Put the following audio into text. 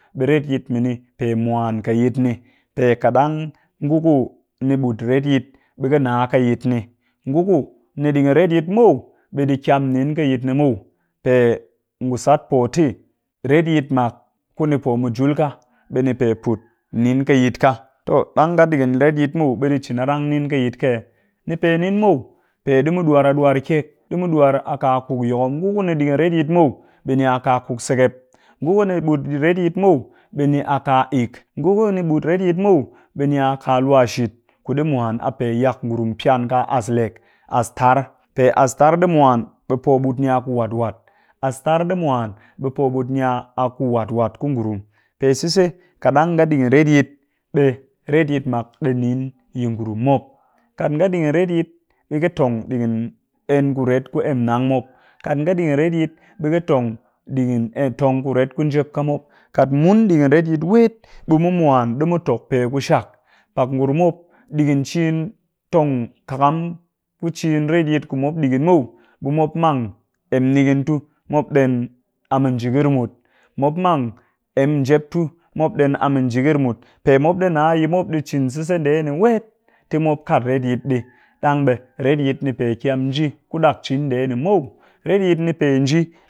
Ɓe retyit mini pe mwan ƙɨ yit ni, pe kat ɗang ngu ku ni ɗigin retyit ɓe ƙɨ nna ƙɨ yit ni, ngu ku ni ɗigin retyit muw ɓe ɗi kyam nin ƙɨ yit ni muw pe ngu sat po tɨ retyit mak ku ni yi mujul ka, ɓe ni pe put ni ƙɨ yit ka, ɗang nga ɗigin retyit muw ɓe ɗi cin arang nin ƙɨ yit ka eh? Ni pe kyam nin muw pe ɗi mu ɗuwar a ɗuwar kyek, ɗi mu duwar a ka kuk yokom ngu kuni ɗigin retyit muw ɓe ni a ka kuk sekep, ngu ku ni ɗigin retyit muw ni a ka ik, ngu ku ni ɗigin retyit muw ɓe ni a ka luwa shit, kuɗi mwan a pe yak ngurum piyan ka as lek, pe as tar ɗi mwan ɓe ɓut ni a ku wat wat, as tar ɗi mwan ɓe ɓut ni a ku wat wat ku ngurum. Pe sise, kat ɗang nga ɗigin retyit ɓe retyit mak ɗi nin yi ngurum. Kat nga ɗigin retyit ɓe ƙɨ tong ɗigin en kuret ku emnang mop, kat nga ɗigin retyit ɓe ƙɨ tong ɗigin e tong kuret ku njep ka mop, kat mun ɗigin retyit wet ɓe mu mwan ɗi mu tok pe ku shak, pak ngurum mop ɗigin cin tong kakam ku ciin retyit ku mop ɗigin muw ɓe mop mang emnigin tu mop ɗen mu njikir mut mop mang en jep tu mop ɗen a mu njikir mut pe mop ɗi nna yi mop cin sise ndee wet ti mop kat retyit ɗi ɗang ɓe retyit ni kyam nji ku ɗak cin ndee ni muw